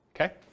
okay